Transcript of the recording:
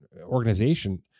organization